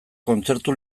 kontzertu